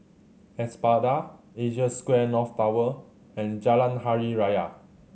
Espada Asia Square North Tower and Jalan Hari Raya